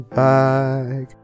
back